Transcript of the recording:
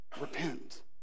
repent